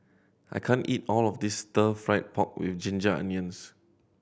I can't eat all of this Stir Fry pork with ginger onions